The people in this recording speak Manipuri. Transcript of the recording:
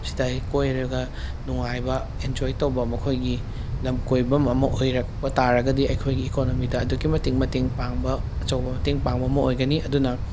ꯁꯤꯗꯩ ꯀꯣꯏꯔꯒ ꯅꯨꯡꯉꯥꯏꯒ ꯑꯦꯟꯖꯣꯏ ꯇꯧꯕ ꯃꯈꯣꯏꯒꯤ ꯂꯝ ꯀꯣꯏꯐꯝ ꯑꯃ ꯑꯣꯏꯔꯛꯄ ꯇꯥꯔꯒꯗꯤ ꯑꯩꯈꯣꯏꯒꯤ ꯏꯀꯣꯅꯣꯃꯤꯗ ꯑꯗꯨꯛꯀꯤ ꯃꯇꯤꯛ ꯃꯇꯦꯡ ꯄꯥꯡꯕ ꯑꯆꯧꯕ ꯃꯇꯦꯡ ꯄꯥꯡꯕ ꯑꯃ ꯑꯣꯏꯒꯅꯤ ꯑꯗꯨꯅ